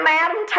Madam